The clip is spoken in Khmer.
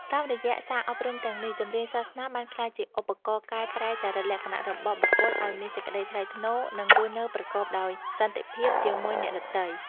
តាមរយៈសារអប់រំទាំងនេះ ចម្រៀងសាសនាបានក្លាយជាឧបករណ៍កែប្រែចរិតលក្ខណៈរបស់បុគ្គលឱ្យមានសេចក្តីថ្លៃថ្នូរ និងរស់នៅប្រកបដោយសន្តិភាពជាមួយអ្នកដទៃ។